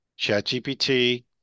ChatGPT